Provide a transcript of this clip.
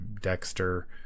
Dexter